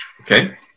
Okay